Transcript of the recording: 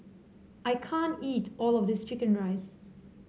I can't eat all of this chicken rice